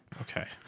okay